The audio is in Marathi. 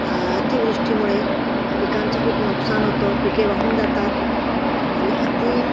अतिवृष्टीमुळे पिकांचं खूप नुकसान होतं पिके वाहून जातात आणि अति